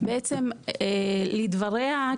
בעצם לדבריה,